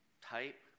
type